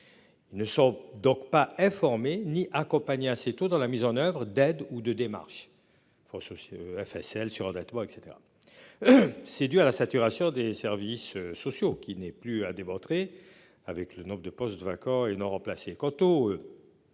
Ne sont donc pas informés, ni accompagnée assez tôt dans la mise en oeuvre d'aide ou de démarche. France aussi. Elle surendettement et cetera. C'est dû à la saturation des services sociaux qui n'est plus à démontrer. Avec le nombre de postes vacants et non remplacés.